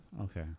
Okay